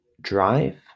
drive